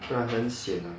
虽然很 sian